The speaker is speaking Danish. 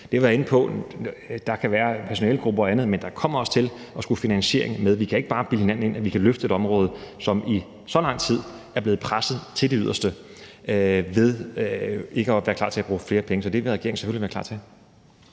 jeg været inde på. Der kan være noget med personalegrupper og andet. Men der kommer også til at skulle være finansiering med. Vi kan ikke bare bilde hinanden ind, at vi kan løfte et område, som i så lang tid er blevet presset til det yderste. Vi skal være klar til at bruge flere penge, så det vil regeringen selvfølgelig være klar til.